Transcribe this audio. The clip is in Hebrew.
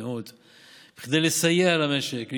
שצפויה להתבטא בצמיחה שלילית של כ-6% ביחס לשנת 2019,